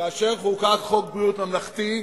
כאשר חוקק חוק ביטוח בריאות ממלכתי,